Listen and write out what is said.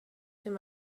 him